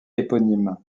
éponyme